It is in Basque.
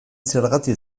zergatik